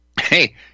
Hey